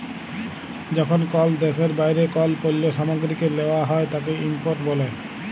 যখন কল দ্যাশের বাইরে কল পল্য সামগ্রীকে লেওয়া হ্যয় তাকে ইম্পোর্ট ব্যলে